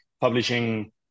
publishing